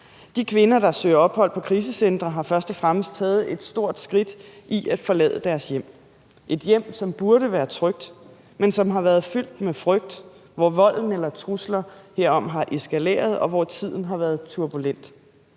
De kvinder, der søger ophold på krisecentre, har først og fremmest taget et stort skridt i at forlade deres hjem – et hjem, som burde være trygt, men som har været fyldt med frygt, hvor volden eller trusler herom har eskaleret, og hvor tiden har været turbulent.